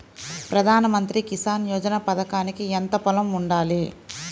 ప్రధాన మంత్రి కిసాన్ యోజన పథకానికి ఎంత పొలం ఉండాలి?